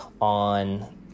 on